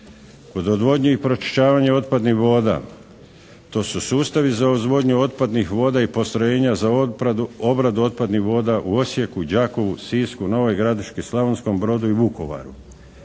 Kod odvodnje i pročišćavanja otpadnih voda, to su sustavi za uzvodnju otpadnih voda i postrojenja za obradu otpadnih voda u Osijeku, Đakovu, Sisku, Novoj Gradiški, Slavonskom Brodu i Vukovaru.